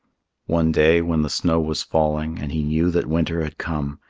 one day when the snow was falling and he knew that winter had come,